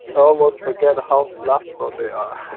almost forget how laughable they are